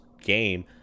game